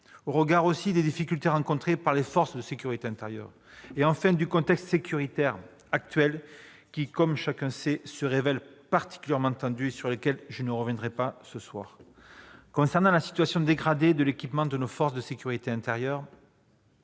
au regard des difficultés rencontrées par les forces de sécurité intérieure. Enfin, il manque d'ambition au regard du contexte sécuritaire actuel, qui, comme chacun le sait, se révèle particulièrement tendu- je n'y reviendrai pas ce soir. Concernant la situation dégradée de l'équipement de nos forces de sécurité intérieure,